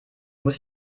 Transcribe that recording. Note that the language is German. muss